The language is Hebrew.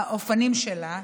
האופנים שלה,